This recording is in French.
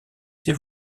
ces